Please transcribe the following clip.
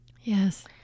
Yes